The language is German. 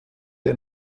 der